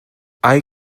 hay